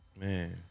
Man